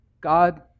God